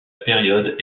période